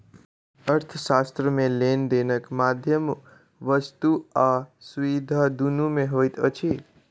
अर्थशास्त्र मे लेन देनक माध्यम वस्तु आ सुविधा दुनू मे होइत अछि